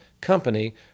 company